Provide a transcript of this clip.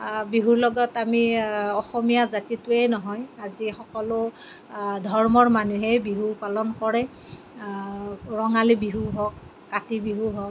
বিহুৰ লগত আমি অসমীয়া জাতিটোৱেই নহয় আজি সকলো ধৰ্মৰ মানুহেই বিহু পালন কৰে ৰঙালী বিহু হওক কাতি বিহু হওক